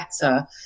better